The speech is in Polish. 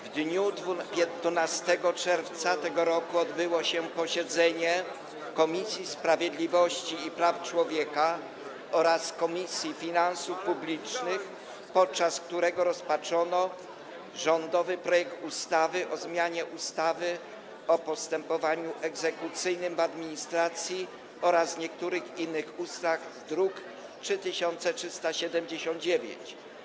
W dniu 12 czerwca br. odbyło się posiedzenie Komisji Sprawiedliwości i Praw Człowieka oraz Komisji Finansów Publicznych, podczas którego rozpatrzono rządowy projekt ustawy o zmianie ustawy o postępowaniu egzekucyjnym w administracji oraz niektórych innych ustaw, druk nr 3379.